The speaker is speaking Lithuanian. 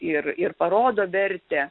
ir ir parodo vertę